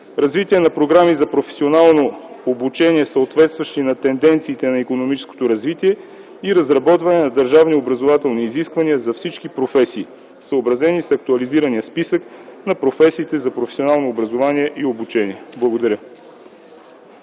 развитие на програми за професионално обучение, съответстващи на тенденцията на икономическото развитие и разработване на държавни общообразователни изисквания за всички професии, съобразени с актуализирания списък на професиите за професионално образование и обучение. Благодаря.